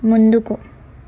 ముందుకు